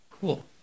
Cool